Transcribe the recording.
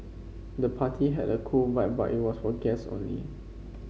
the party had a cool vibe but was for guests only